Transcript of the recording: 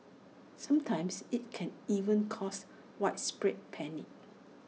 sometimes IT can even cause widespread panic